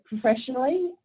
professionally